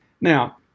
now